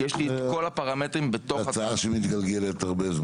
כי יש לי את כל הפרמטרים בתוך התב"ע.